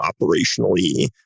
operationally